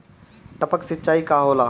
टपक सिंचाई का होला?